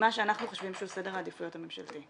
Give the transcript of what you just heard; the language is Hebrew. ממה שאנחנו חושבים שהוא סדר העדיפות הממשלתי.